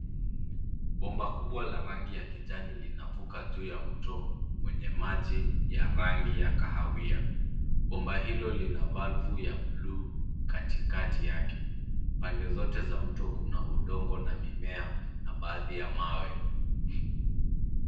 Bomba kubwa la rangi ya kijani linavuka juu ya mto wenye maji ya rangi ya kahawai. Bomba hilo lina valvu ya buluu katikati yake. Pande zote za mto kuna udongo na mimea na baadhi ya mawe.